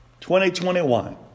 2021